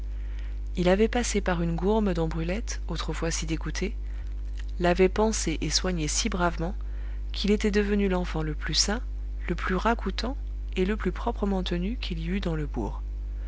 il avait passé par une gourme dont brulette autrefois si dégoûtée l'avait pansé et soigné si bravement qu'il était devenu l'enfant le plus sain le plus ragoûtant et le plus proprement tenu qu'il y eût dans le bourg